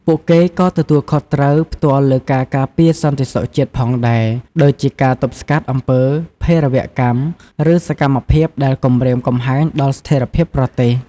ពួកគេក៏ទទួលខុសត្រូវផ្ទាល់លើការការពារសន្តិសុខជាតិផងដែរ ដូចជាការទប់ស្កាត់អំពើភេរវកម្ម ឬសកម្មភាពដែលគំរាមកំហែងដល់ស្ថេរភាពប្រទេស។